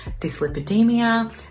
dyslipidemia